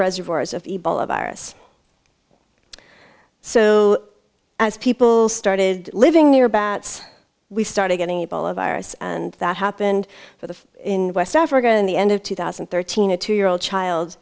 reservoirs of ebola virus so as people started living near bats we started getting people a virus and that happened for the in west africa in the end of two thousand and thirteen a two year old child